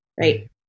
right